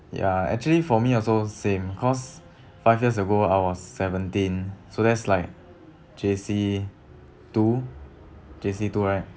ya actually for me also same cause five years ago I was seventeen so that's like J_C two J_C two right